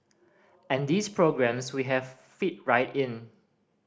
and these programmes we have fit right in